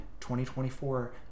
2024